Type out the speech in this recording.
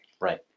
Right